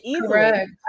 Correct